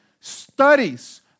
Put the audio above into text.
studies